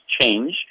change